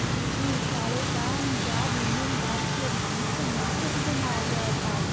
দিদি চালের দাম যা দিন দিন বাড়ছে মানুষ তো না খেতে পেয়ে মারা যাওয়ার তাল